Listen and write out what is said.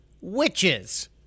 witches